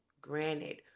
Granted